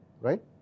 right